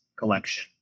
collection